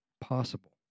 possible